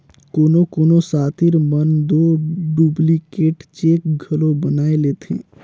कोनो कोनो सातिर मन दो डुप्लीकेट चेक घलो बनाए लेथें